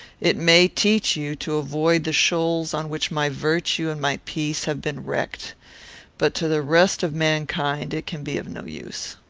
it may teach you to avoid the shoals on which my virtue and my peace have been wrecked but to the rest of mankind it can be of no use.